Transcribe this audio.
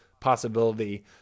possibility